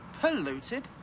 Polluted